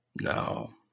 no